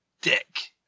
Dick